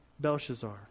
Belshazzar